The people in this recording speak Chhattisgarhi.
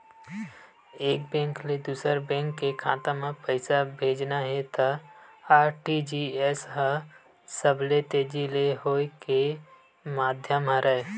एक बेंक ले दूसर बेंक के खाता म पइसा भेजना हे त आर.टी.जी.एस ह सबले तेजी ले होए के माधियम हरय